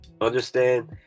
Understand